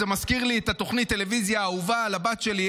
זה מזכיר לי את תוכנית הטלוויזיה האהובה על הבת שלי,